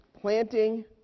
planting